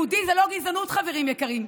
יהודי זה לא גזענות, חברים יקרים.